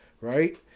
right